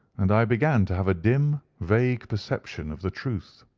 and i began to have a dim, vague perception of the truth.